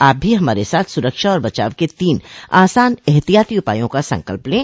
आप भी हमारे साथ सुरक्षा और बचाव के तीन आसान एहतियाती उपायों का संकल्प लें